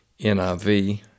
NIV